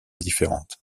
différentes